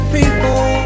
people